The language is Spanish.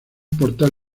portal